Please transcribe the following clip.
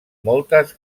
moltes